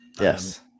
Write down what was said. Yes